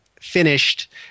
finished